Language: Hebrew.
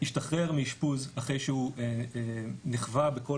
שהשתחרר מאשפוז אחרי שהוא נכווה בכל